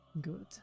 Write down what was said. Good